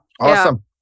awesome